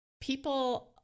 people